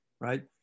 right